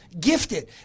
gifted